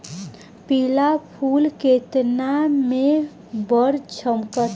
पिला फूल खेतन में बड़ झम्कता